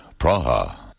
Praha